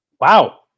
Wow